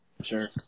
Sure